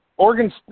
Oregon